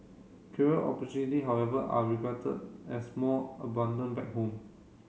career opportunity however are regarded as more abundant back home